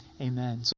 amen